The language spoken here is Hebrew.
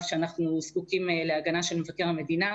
שאנחנו זקוקים להגנה של מבקר המדינה.